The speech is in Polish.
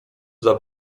dla